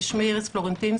שמי איריס פלורנטין,